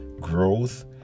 growth